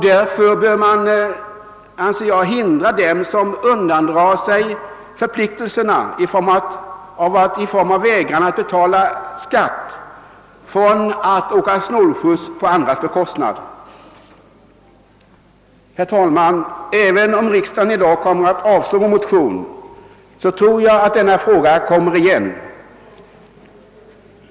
Därför anser jag att man bör hindra dem, som genom vägran att betala skatt undandrar sig förpliktelserna, från att åka snålskjuts på andras bekostnad. Herr talman! Om riksdagen i dag kommer att avslå vår motion, tror jag att denna fråga kommer igen.